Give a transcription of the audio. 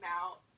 out